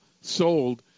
sold